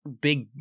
big